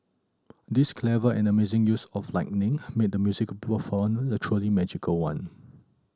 this clever and amazing use of lighting made the musical perform a truly magical one